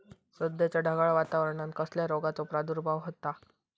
सध्याच्या ढगाळ वातावरणान कसल्या रोगाचो प्रादुर्भाव होता?